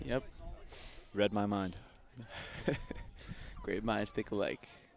know read my mind great minds think alike